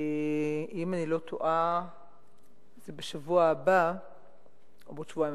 אם אני לא טועה זה בשבוע הבא או בעוד שבועיים,